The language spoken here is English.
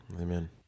amen